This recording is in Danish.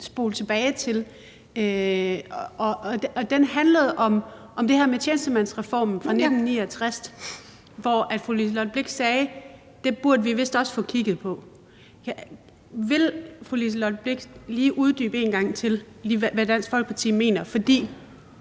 spole tilbage til. Den handlede om det her med tjenestemandsreformen fra 1969, hvor fru Liselott Blixt sagde: Det burde vi vist også få kigget på. Vil fru Liselott Blixt lige uddybe en gang til, hvad Dansk Folkeparti mener? For